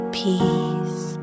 peace